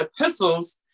epistles